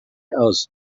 aus